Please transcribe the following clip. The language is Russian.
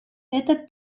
этот